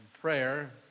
prayer